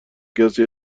کسی